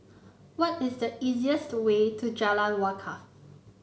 what is the easiest way to Jalan Wakaff